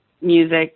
music